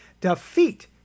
Defeat